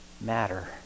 matter